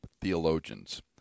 theologians